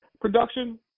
production